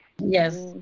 Yes